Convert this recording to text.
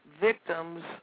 victims